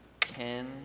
ten